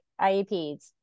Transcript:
IEPs